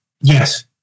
Yes